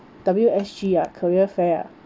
W_S_G ah career fair ah